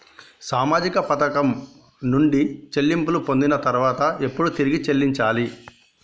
సామాజిక పథకం నుండి చెల్లింపులు పొందిన తర్వాత ఎప్పుడు తిరిగి చెల్లించాలి?